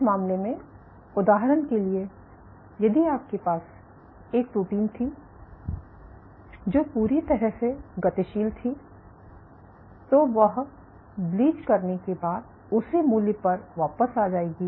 इस मामले में उदाहरण के लिए यदि आपके पास एक प्रोटीन थी जो पूरी तरह से गतिशील थी तो वह ब्लीच करने के बाद उसी मूल्य पर वापस आ जाएगी